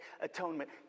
atonement